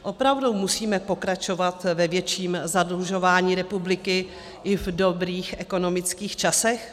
Opravdu musíme pokračovat ve větším zadlužování republiky i v dobrých ekonomických časech?